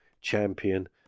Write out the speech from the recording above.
Champion